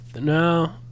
no